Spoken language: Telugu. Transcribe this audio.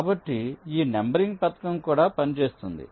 కాబట్టి ఈ నంబరింగ్ పథకం కూడా పని చేస్తుంది